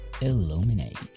Illuminate